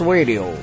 Radio